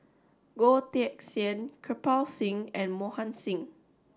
Goh Teck Sian Kirpal Singh and Mohan Singh